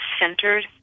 centered